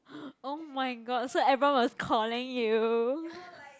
oh my god so everyone was calling you